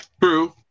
True